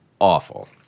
awful